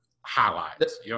highlights